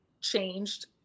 changed –